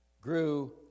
grew